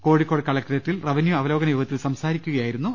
കോഴിക്കോട് കലക്ടറേറ്റിൽ റവന്യൂ അവലോകന യോഗത്തിൽ സംസാരിക്കുക യായിരുന്നു അദ്ദേഹം